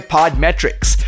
Podmetrics